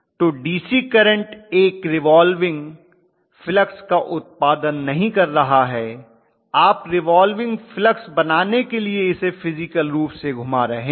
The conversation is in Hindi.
तो डीसी करंट एक रिवाल्विंग फ्लक्स का उत्पादन नहीं कर रहा है आप रिवाल्विंग फ्लक्स बनाने के लिए इसे फिज़िकल रूप से घुमा रहे हैं